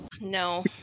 No